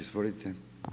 Izvolite.